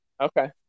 Okay